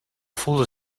voelde